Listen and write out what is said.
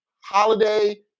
Holiday